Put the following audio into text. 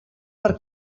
per